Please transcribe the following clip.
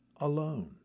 alone